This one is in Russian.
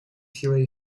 силой